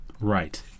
right